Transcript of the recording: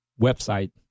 website